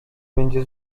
będzie